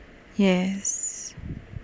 yes